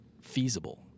feasible